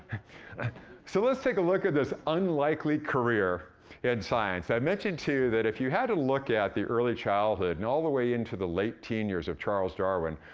ah so let's take a look at this unlikely career in science. i mentioned, too, that if you had a look at the early childhood and all the way into the late teen years of charles darwin,